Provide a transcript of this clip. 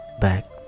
back